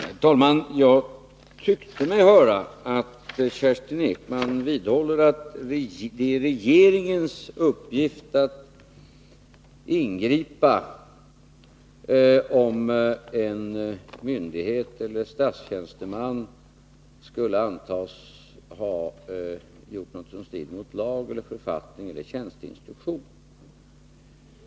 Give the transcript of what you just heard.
Herr talman! Jag tyckte mig höra att Kerstin Ekman vidhåller att det är regeringens uppgift att ingripa om en myndighet eller statstjänsteman skulle antas ha gjort något som strider mot lag, författning eller tjänsteinstruktion.